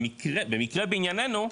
במקרה בעניינו,